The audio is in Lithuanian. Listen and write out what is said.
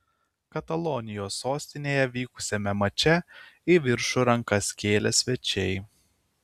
katalonijos sostinėje vykusiame mače į viršų rankas kėlė svečiai